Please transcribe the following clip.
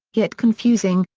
yet confusing,